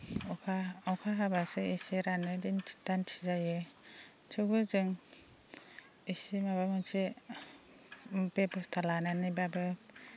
अखा अखा हाब्लासो एसे रानो दिन्थि दान्थि जायो थेवबो जों एसे माबा मोनसे बेबस्था लानानैब्लाबो